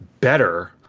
better